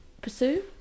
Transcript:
Pursue